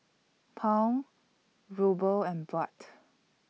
Pound Ruble and Baht